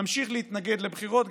נמשיך להתנגד לבחירות,